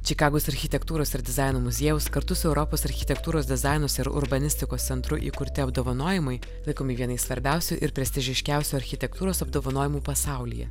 čikagos architektūros ir dizaino muziejaus kartu su europos architektūros dizainus ir urbanistikos centru įkurti apdovanojimai laikomi vienais svarbiausių ir prestižiškiausių architektūros apdovanojimų pasaulyje